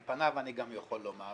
על פניו אני גם יכול לומר,